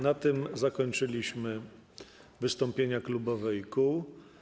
Na tym zakończyliśmy wystąpienia klubów i kół.